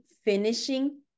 Finishing